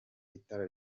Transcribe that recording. itara